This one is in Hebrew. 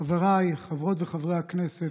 חבריי חברות וחברי הכנסת,